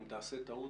אם תעשה טעות,